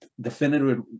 definitive